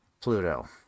Pluto